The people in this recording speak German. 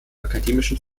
akademischen